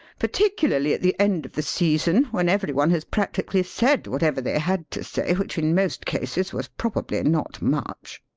particularly at the end of the season when every one has practically said whatever they had to say, which, in most cases, was probably not much.